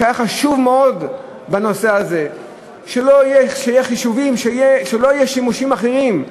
היה חשוב מאוד בנושא הזה שלא יהיו שימושים אחרים,